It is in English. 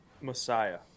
Messiah